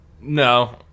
No